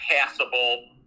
passable